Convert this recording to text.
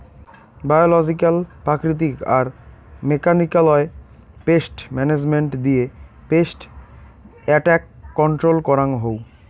biological প্রাকৃতিক আর মেকানিক্যালয় পেস্ট মানাজমেন্ট দিয়ে পেস্ট এট্যাক কন্ট্রল করাঙ হউ